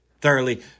thoroughly